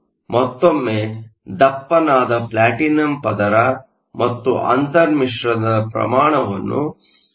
ಮತ್ತೊಮ್ಮೆ ದಪ್ಪನಾದ ಪ್ಲಾಟಿನಂPlatinum ಪದರ ಮತ್ತು ಅಂತರ್ ಮಿಶ್ರಣದ ಪ್ರಮಾಣವನ್ನು ಅವಲಂಬಿಸಿರುತ್ತದೆ